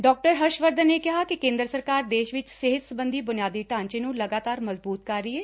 ਡਾ ਹਰਸ਼ਵਰਧਨ ਨੇ ਕਿਹਾ ਕਿ ਕੇਂਦਰ ਸਰਕਾਰ ਦੇਸ਼ ਵਿਚ ਸਿਹਤ ਸਬੰਧੀ ਬੁਨਿਆਦੀ ਢਾਂਚੇ ਨੂੰ ਲਗਾਤਾਰ ਮਜ਼ਬੂਤ ਕਰ ਰਹੀ ਏ